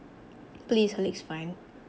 please her leg is fine